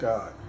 God